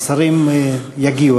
השרים יגיעו,